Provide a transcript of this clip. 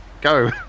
go